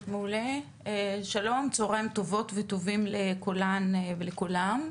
שלום, צהריים טובים לכולן ולכולם,